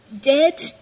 dead